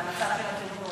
על המצב של התאונות.